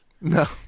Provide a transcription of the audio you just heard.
No